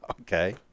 Okay